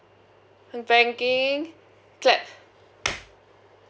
banking clap